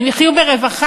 הם יחיו ברווחה?